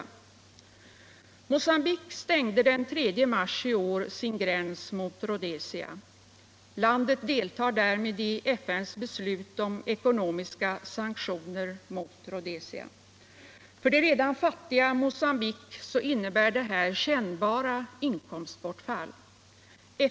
| Internationellt utvecklingssamar Mocambique stängde den 3 mars i år sin gräns mot Rhodesia. Landet deltar därmed i FN:s beslut om ekonomiska sanktioner mot Rhodesia. För det redan fattiga Mocambique innebär detta kännbara inkomstbortfall.